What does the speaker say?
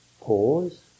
Pause